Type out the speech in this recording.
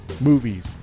movies